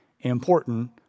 important